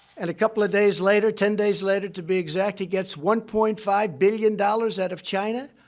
and a couple of days later ten days later, to be exact he gets one point five billion dollars out of china,